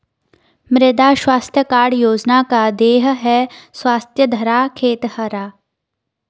मृदा स्वास्थ्य कार्ड योजना का ध्येय है स्वस्थ धरा, खेत हरा